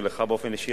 ולך באופן אישי,